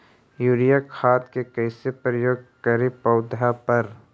Urea खाद के कैसे प्रयोग करि पौधा पर?